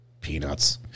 peanuts